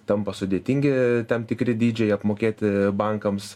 tampa sudėtingi tam tikri dydžiai apmokėti bankams